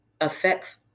affects